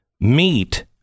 meat